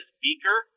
beaker